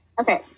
okay